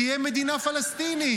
תהיה מדינה פלסטינית.